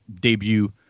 debut